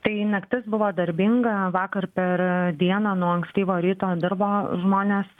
tai naktis buvo darbinga vakar per dieną nuo ankstyvo ryto dirbo žmonės